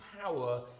power